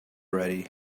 ready